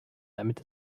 damit